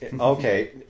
Okay